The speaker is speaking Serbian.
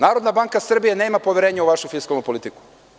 Narodna banka Srbije nema poverenja u vašu fiskalnu politiku.